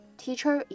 teacher